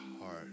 heart